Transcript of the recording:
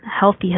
healthy